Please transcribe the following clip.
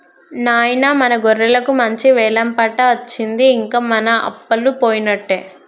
నాయిన మన గొర్రెలకు మంచి వెలం పాట అచ్చింది ఇంక మన అప్పలు పోయినట్టే